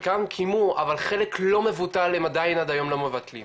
חלקם קיימו אבל חלק לא מבוטל הם עדיין עד היום לא מקיימים